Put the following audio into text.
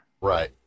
Right